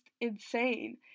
insane